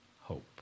hope